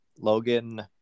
Logan